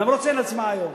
למרות שאין הצבעה היום.